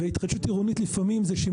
התחדשות עירונית לפעמים זה שמונה קומות,